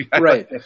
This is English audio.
right